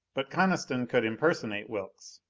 but coniston could impersonate wilks,